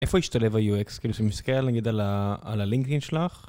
איפה השתלב ה-UX, כאילו שאני מסקר לנגיד על ה... על הלינקרין שלך?